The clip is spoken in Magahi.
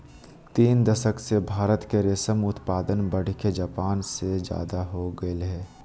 तीन दशक से भारत के रेशम उत्पादन बढ़के जापान से ज्यादा हो गेल हई